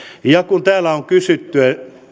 ja kun täällä on kysytty